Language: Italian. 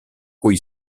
coi